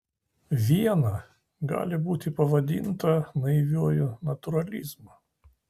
viena gali būti pavadinta naiviuoju natūralizmu